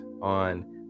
on